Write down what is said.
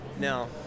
No